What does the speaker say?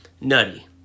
Nutty